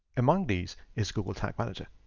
among these is google tag manager.